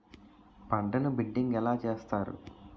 పంటను బిడ్డింగ్ ఎలా చేస్తారు?